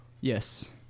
Yes